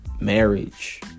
marriage